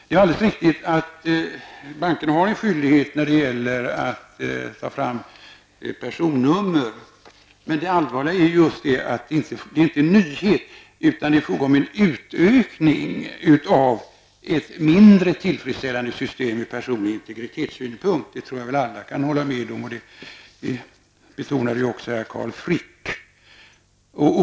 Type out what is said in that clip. Det är alldeles riktigt att bankerna har en skyldighet när det gäller att ta fram personnummer. Det är inte en nyhet. Det allvarliga är att det är fråga om en utökning av ett från personlig integritetssynpunkt mindre tillfredsställande system. Jag tror att alla kan hålla med om det. Även Carl Frick betonade detta.